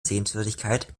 sehenswürdigkeit